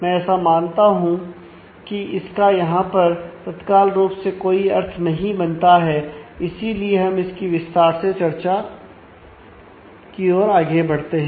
मैं ऐसा मानता हूं कि इसका यहां पर तत्काल रुप से कोई अर्थ नहीं बनता है इसीलिए हम इसकी विस्तार से चर्चा की ओर आगे बढ़ते हैं